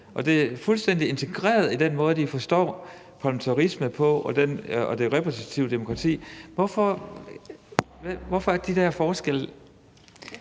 og det er fuldstændig integreret i den måde, de forstår parlamentarisme og det repræsentative demokrati på. Hvorfor er der de der forskelle?